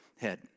head